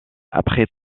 après